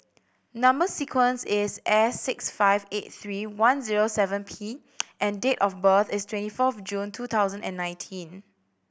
number sequence is S six five eight three one zero seven P and date of birth is twenty fourth June two thousand and nineteen